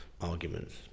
arguments